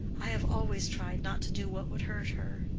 i have always tried not to do what would hurt her.